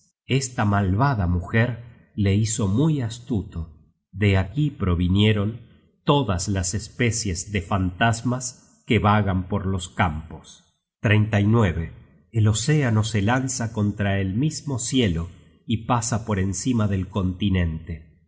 esta malvada mujer le hizo muy astuto de aquí provinieron todas las especies de fantasmas que vagan por los campos el océano se lanza contra el mismo cielo y pasa por encima del continente